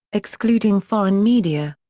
excluding foreign media.